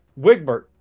Wigbert